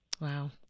wow